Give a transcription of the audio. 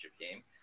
game